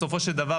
בסופו של דבר,